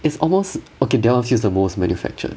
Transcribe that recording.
it's almost okay that one seems the most manufactured